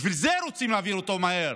בשביל זה הם רוצים להעביר אותו מהר,